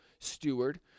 steward